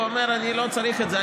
הוא אומר: אני לא צריך את זה,